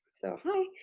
so hi.